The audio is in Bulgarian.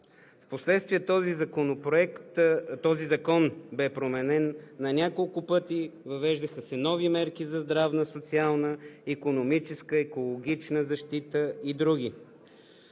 Впоследствие този закон бе променян на няколко пъти – въвеждаха се нови мерки за здравна, социална, икономическа, екологична защита и други.